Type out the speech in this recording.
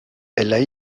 elle